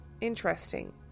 Interesting